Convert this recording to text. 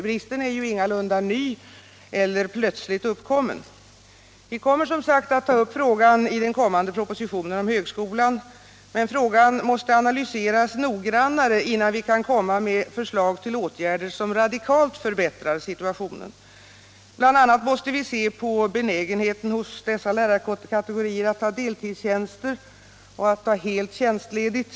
Bristen är ingalunda ny eller plötsligt uppkommen. Vi kommer som sagt att ta upp frågan i den kommande propositionen om högskolan, men frågan måste analyseras noggrannare innan vi kan lägga fram förslag som radikalt förbättrar situationen. BI. a. måste vi se på benägenheten hos ifrågavarande lärarkategorier att ta deltidstjänster och full tjänstledighet.